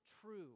true